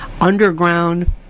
underground